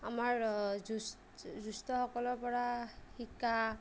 আমাৰ জ্যেষ্ঠসকলৰ পৰা শিকা